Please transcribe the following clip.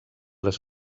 les